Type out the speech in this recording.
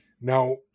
Now